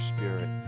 Spirit